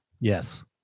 Yes